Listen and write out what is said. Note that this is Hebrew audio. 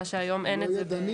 מה שהיום אין --- ולא ידני,